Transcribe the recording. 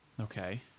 Okay